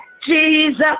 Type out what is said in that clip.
Jesus